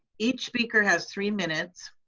each speaker has three minutes